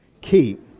keep